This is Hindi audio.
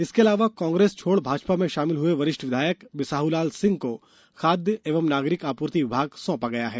इसके अलावा कांग्रेस छोड़ भाजपा में शामिल हुए वरिष्ठ विधायक बिसाहू लाल सिंह को खाद्य एवं नागरिक आपूर्ति विभाग सौंपा गया है